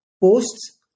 posts